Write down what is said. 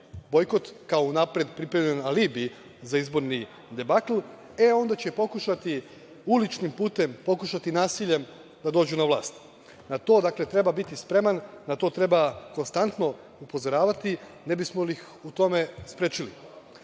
bojkot, kao unapred pripremljen alibi za izborni debakl, a onda će pokušati uličnim putem, pokušati nasiljem da dođu na vlast. Na to, dakle, treba biti spreman, na to treba konstantno upozoravati i ne bismo li ih u tome sprečili. Paralelno